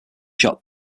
shot